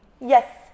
Yes